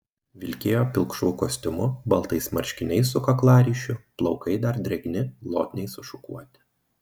vilkėjo pilkšvu kostiumu baltais marškiniais su kaklaryšiu plaukai dar drėgni glotniai sušukuoti